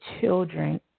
children